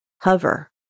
hover